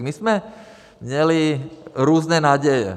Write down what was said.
My jsme měli různé naděje.